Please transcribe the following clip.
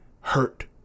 hurt